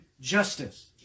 justice